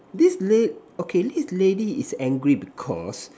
this la~ okay this lady is angry because